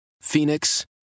Phoenix